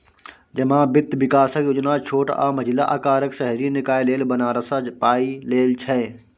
जमा बित्त बिकासक योजना छोट आ मँझिला अकारक शहरी निकाय लेल बजारसँ पाइ लेल छै